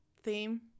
Theme